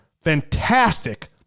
fantastic